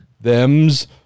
them's